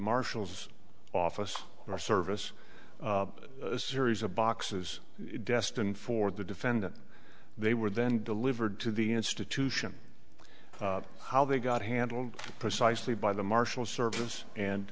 marshal's office in our service a series of boxes destined for the defendant they were then delivered to the institution how they got handled precisely by the marshal service and